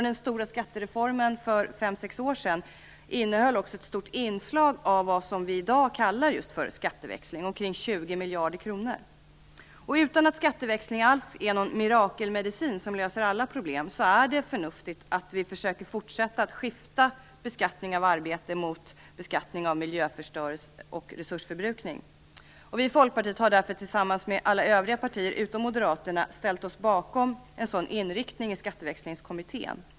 Den stora skattereformen för fem sex år sedan innehöll också ett stort inslag av vad vi i dag kallar för skatteväxling - omkring 20 miljarder kronor. Utan att alls vara någon mirakelmedicin som löser alla problem är skatteväxling förnuftigt. Vi skall fortsätta att skifta beskattning av arbete mot beskattning av miljöförstöring och resursförbrukning. Vi i Folkpartiet har därför tillsammans med alla övriga partier utom Moderaterna ställt oss bakom en sådan inriktning i Skatteväxlingskommittén.